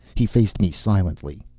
he faced me silently.